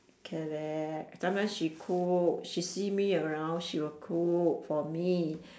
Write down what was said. correct sometime she cook she see me around she will cook for me